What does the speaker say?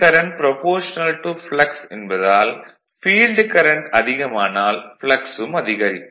field current flux என்பதால் field current அதிகமானால் flux ம் அதிகமாகும்